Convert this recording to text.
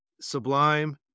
Sublime